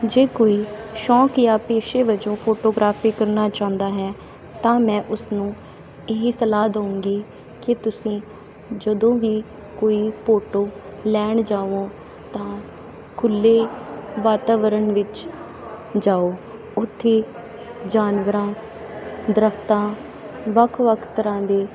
ਜੇ ਕੋਈ ਸ਼ੌਕ ਜਾਂ ਪੇਸ਼ੇ ਵਜੋਂ ਫੋਟੋਗ੍ਰਾਫੀ ਕਰਨਾ ਚਾਹੁੰਦਾ ਹੈ ਤਾਂ ਮੈਂ ਉਸਨੂੰ ਇਹੀ ਸਲਾਹ ਦਊਂਗੀ ਕਿ ਤੁਸੀਂ ਜਦੋਂ ਵੀ ਕੋਈ ਫੋਟੋ ਲੈਣ ਜਾਵੋ ਤਾਂ ਖੁੱਲ੍ਹੇ ਵਾਤਾਵਰਨ ਵਿੱਚ ਜਾਓ ਉੱਥੇ ਜਾਨਵਰਾਂ ਦਰੱਖਤਾਂ ਵੱਖ ਵੱਖ ਤਰ੍ਹਾਂ ਦੇ